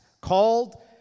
called